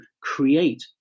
create